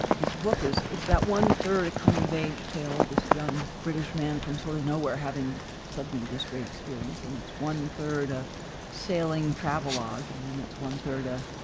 his book is it's about one third coming of age tale of this young british man from, sort of, nowhere having suddenly this great experience. and it's one third ah sailing travelogue. and then and it's one third a,